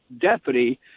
deputy